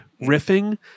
riffing